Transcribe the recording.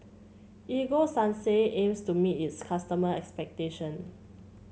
Ego Sunsense aims to meet its customer expectation